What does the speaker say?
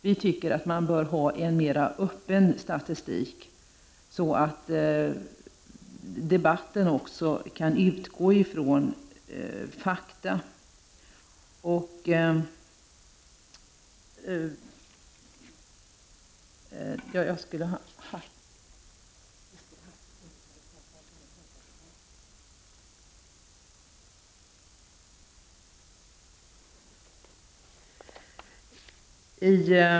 Man bör enligt vår mening ha en mera öppen, offentlig statistik så att debatten också kan utgå från fakta.